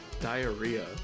diarrhea